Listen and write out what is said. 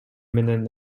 менен